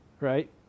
right